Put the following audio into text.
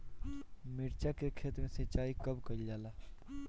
मिर्चा के खेत में सिचाई कब कइल जाला?